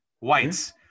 Whites